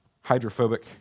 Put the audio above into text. hydrophobic